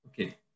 Okay